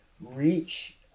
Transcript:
reach